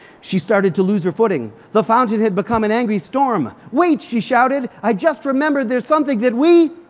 she started to lose her footing. the fountain had become an angry storm. wait! she shouted. i just remembered there's something that we.